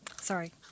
sorry